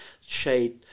shade